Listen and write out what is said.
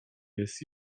jest